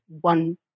one